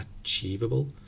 achievable